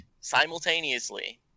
simultaneously